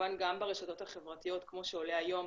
וכמובן גם ברשתות החברתיות כמו שעולה היום.